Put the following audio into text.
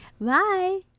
Bye